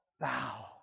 bow